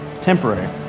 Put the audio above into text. Temporary